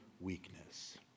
weakness